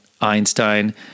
Einstein